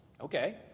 Okay